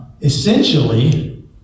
essentially